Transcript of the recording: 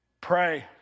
Pray